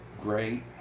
Great